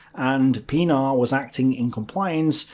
and pienaar was acting in compliance,